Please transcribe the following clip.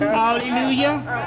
hallelujah